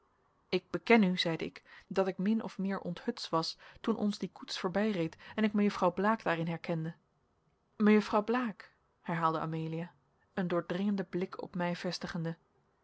ik beken u zeide ik dat ik min of meer onthutst was toen ons die koets voorbijreed en ik mejuffrouw blaek daarin herkende mejuffrouw blaek herhaalde amelia een doordringenden blik op mij vestigende